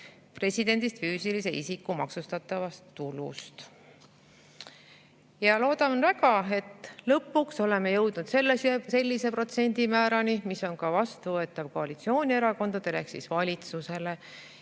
residendist füüsilise isiku maksustatavast tulust. Loodan väga, et lõpuks oleme jõudnud sellise protsendimäärani, mis on vastuvõetav ka koalitsioonierakondadele ehk valitsusele,